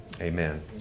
Amen